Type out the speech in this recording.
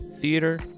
theater